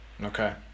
Okay